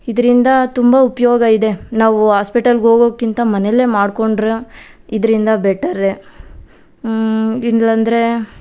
ಇದರಿಂದ ತುಂಬ ಉಪಯೋಗ ಇದೆ ನಾವು ಹಾಸ್ಪಿಟಲ್ಗೆ ಹೊಗೋಕ್ಕಿಂತ ಮನೆಯಲ್ಲೇ ಮಾಡಿಕೊಂಡ್ರೆ ಇದರಿಂದ ಬೆಟರ್ರೆ ಇಲ್ಲಂದರೆ